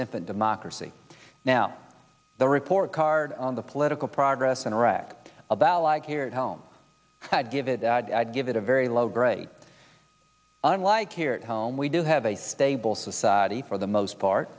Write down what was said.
infant democracy now the report card on the political progress in iraq about like here at home give it give it a very low grade unlike here at home we do have a stable society for the most part